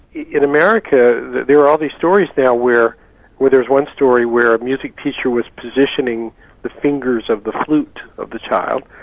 in america, there are all these stories now where where there's one story where a music teacher was positioning the fingers of the flute of the child,